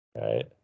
Right